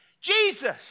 Jesus